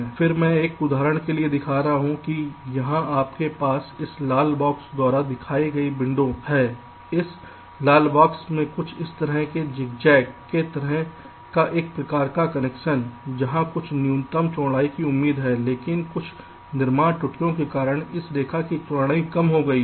कि मैं एक उदाहरण दिखा रहा हूं कि यहां आपके पास इस लाल बॉक्स द्वारा दिखाई गई विंडो है इस लाल बॉक्स में कुछ इस तरह का ज़िगज़ैग के तरह का एक प्रकार का कनेक्शन जहां कुछ न्यूनतम चौड़ाई की उम्मीद है लेकिन कुछ निर्माण त्रुटि के कारण इस रेखा की चौड़ाई कम हो गई है